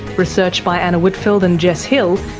research by anna whitfeld and jess hill,